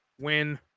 Win